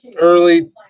early